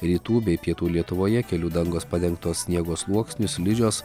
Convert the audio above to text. rytų bei pietų lietuvoje kelių dangos padengtos sniego sluoksniu slidžios